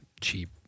cheap